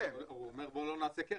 הוא אומר בוא לא נעשה קרן.